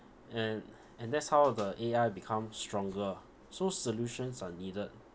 and and that's how the A_I become stronger so solutions are needed